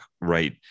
right